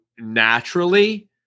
naturally